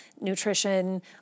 nutrition